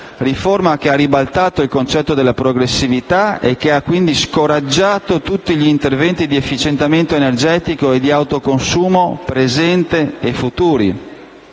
riforma che ha ribaltato il concetto della progressività e che ha, quindi, scoraggiato tutti gli interventi di efficientamento energetico e di autoconsumo presenti e futuri.